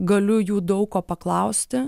galiu jų daug ko paklausti